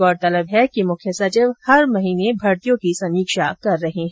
गौरतलब है कि मुख्य सचिव हर महीने भर्तियों की समीक्षा कर रहे हैं